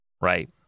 Right